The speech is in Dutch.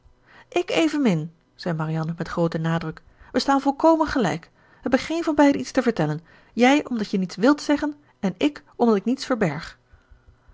ik evenmin zei marianne met grooten nadruk we staan volkomen gelijk we hebben geen van beiden iets te vertellen jij omdat je niets wilt zeggen en ik omdat ik niets verberg